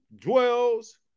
dwells